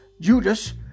Judas